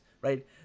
right